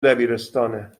دبیرستانه